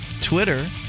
Twitter